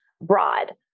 broad